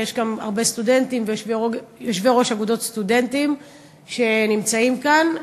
כי הרבה סטודנטים ויושבי-ראש אגודות סטודנטים נמצאים כאן.